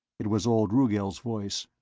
it was old rugel's voice.